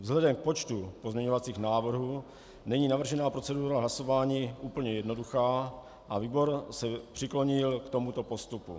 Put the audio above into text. Vzhledem k počtu pozměňovacích návrhů není navržená procedura hlasování úplně jednoduchá a výbor se přiklonil k tomuto postupu.